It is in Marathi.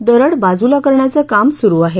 दरड बाजूला करण्याचं काम सुरू आहे